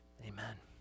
Amen